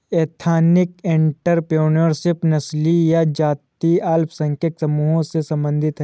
ethnic entrepreneurship नस्लीय या जातीय अल्पसंख्यक समूहों से संबंधित हैं